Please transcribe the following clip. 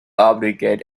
obliged